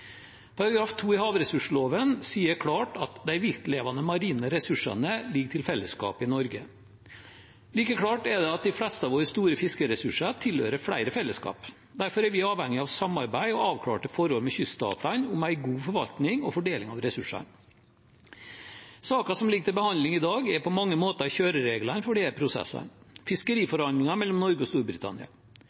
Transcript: Paragraf 2 i havressursloven sier klart at «dei viltlevande marine ressursane ligg til fellesskapet i Noreg». Like klart er det at de fleste av våre store fiskeressurser tilhører flere fellesskap. Derfor er vi avhengig av samarbeid og avklarte forhold med kyststatene om en god forvaltning og fordeling av ressursene. Saken som ligger til behandling i dag, er på mange måter kjørereglene for disse prosessene, altså fiskeriforhandlinger mellom Norge og Storbritannia.